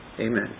Amen